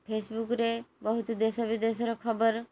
ଫେସବୁକ୍ରେ ବହୁତ ଦେଶ ବିଦେଶର ଖବର